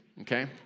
Okay